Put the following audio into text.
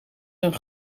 een